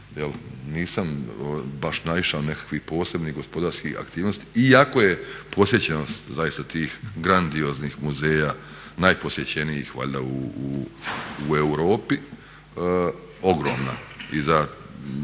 nisam baš naišao na nekakvih posebnih gospodarskih aktivnosti iako je posjećenost zaista tih grandioznih muzeja najposjećenijih valjda u Europi ogromna. Tamo